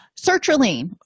Sertraline